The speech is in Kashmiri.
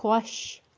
خۄش